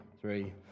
three